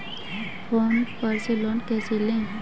Phone पर से loan कैसे लें?